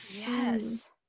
Yes